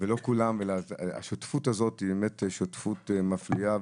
ולא כולם, והשותפות הזאת היא באמת שותפות מפליאה.